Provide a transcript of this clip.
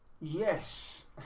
Yes